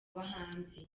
bahanzi